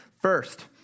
First